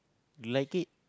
you like it